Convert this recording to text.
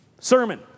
sermon